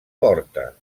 porta